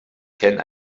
can